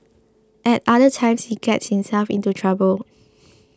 at other times he gets himself into trouble